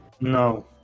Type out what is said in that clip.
No